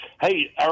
Hey